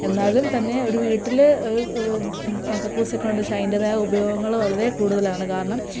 എന്നാലും തന്നെ ഒരു വീട്ടിൽ കക്കൂസ്സൊക്കെ ഉണ്ട് പക്ഷേ അതിൻ്റേതായ ഉപയോഗങ്ങൾ വളരെ കൂടുതലാണ് കാരണം